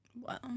wow